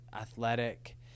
athletic